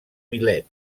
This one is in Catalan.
milet